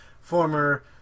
former